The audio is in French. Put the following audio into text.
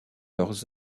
leurs